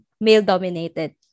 male-dominated